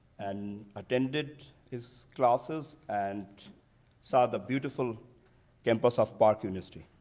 and attended his classes and saw the beautiful campus of park university.